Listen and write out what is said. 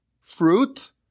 fruit